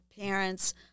parents